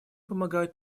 помогают